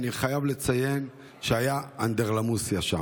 אני חייב לציין שהייתה שם אנדרלמוסיה.